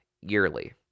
yearly